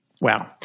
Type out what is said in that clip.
Wow